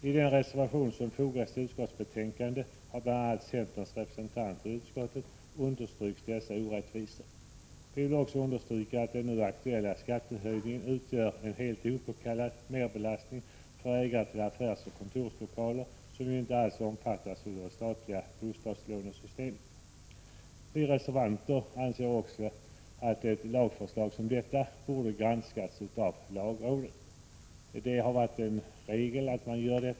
I en reservation till utskottets betänkande har bl.a. centerns representant i utskottet framhållit dessa orättvisor. Jag vill även betona att den nu aktuella skattehöjningen utgör en helt opåkallad merbelastning för ägare av affärsoch kontorslokaler, som ju inte alls omfattas av det statliga bostadslånesystemet. Vi reservanter anser även att ett lagförslag som detta borde ha granskats av lagrådet. Det har varit en regel att så sker.